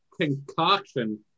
concoction